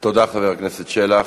תודה, חבר הכנסת שלח.